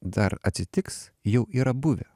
dar atsitiks jau yra buvę